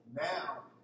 now